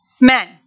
men